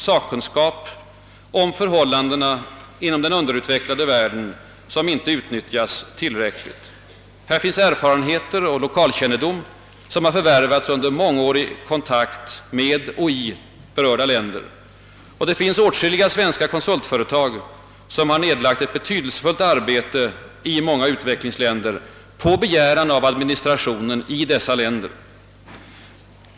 sakkunskap .om förhållandena i den underutvecklade världen som inte är utnyttjad. tillräckligt. Här finns erfarenheter och lokalkännedom som har för värvats under mångårig kontakt med och verksamhet i berörda länder. Åtskilliga svenska konsultföretag har nedlagt ett betydelsefullt arbete i många u-länder på begäran av administrationen i dessa länder.